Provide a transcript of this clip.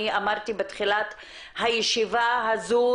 אני אמרתי בתחילת הישיבה הזו,